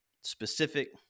specific